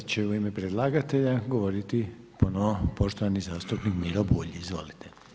Sada će u ime predlagatelja govoriti ponovno poštovani zastupnik Miro Bulj, izvolite.